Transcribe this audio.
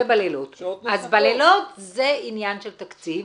בלילות זה עניין של תקציב,